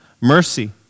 mercy